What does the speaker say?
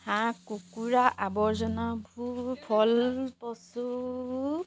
হাঁহ কুকুৰা আৱৰ্জনা ফল